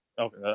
Okay